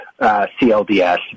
CLDS